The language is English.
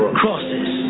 crosses